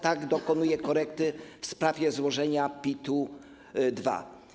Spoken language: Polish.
Tak, dokonuje korekty w sprawie złożenia PIT-2.